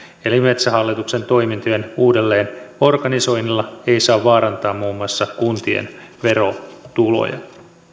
eli metsähallituksen toimintojen uudelleenorganisoinnilla ei saa vaarantaa muun muassa kuntien verotuloja